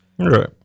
Right